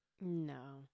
No